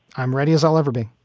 i'm ready, as i'll ever be